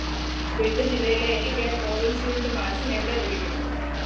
bid ജില്ലയിലെ എനിക്ക് Covishield vaccine എവിടെ ലഭിക്കും